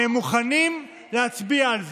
מוכנים להצביע על זה,